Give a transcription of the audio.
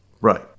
Right